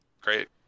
great